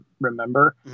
remember